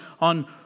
on